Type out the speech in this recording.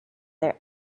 their